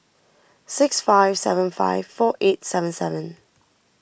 six five seven five four eight seven seven